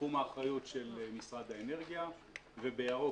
תחום האחריות של משרד האנרגיה ובירוק